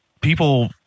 people